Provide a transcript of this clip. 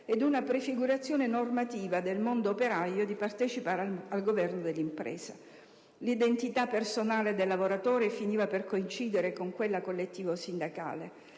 e una prefigurazione normativa del mondo operaio di partecipare al governo dell'impresa». L'identità personale del lavoratore finiva per coincidere con quella identità collettivo-sindacale.